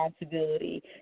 responsibility